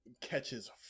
catches